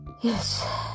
Yes